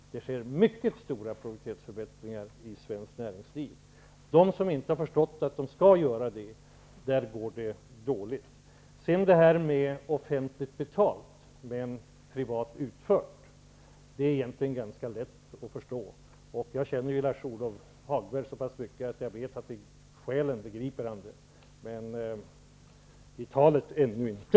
Det sker alltså mycket stora produktivitetsförbättringar i svenskt näringsliv. Hos dem som inte har förstått att de skall göra sådana förbättringar går det dåligt. När det gäller ''offentligt betalt men privat utfört'' vill jag säga att det egentligen är ganska lätt att förstå. Jag känner Lars-Ove Hagberg så pass att jag vet att han i själen begriper det -- men i talet ännu inte.